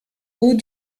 hauts